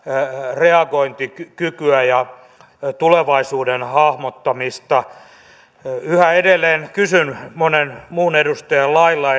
reagointikykyä ja tulevaisuuden hahmottamista yhä edelleen kysyn monen muun edustajan lailla